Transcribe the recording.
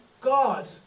God